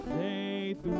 faith